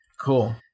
Cool